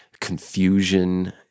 confusion